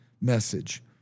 message